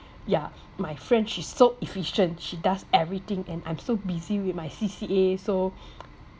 ya my friend she's so efficient she does everything and I'm so busy with my C_C_A so